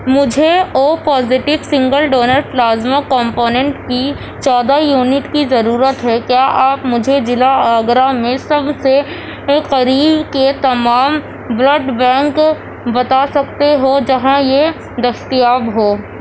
مجھے O positive single donor plasma component کی چودہ یونٹ کی ضرورت ہے کیا آپ مجھے ضلع آگرہ میں سب سے قریب کے تمام بلڈ بینک بتا سکتے ہو جہاں یہ دستیاب ہو